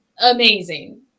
amazing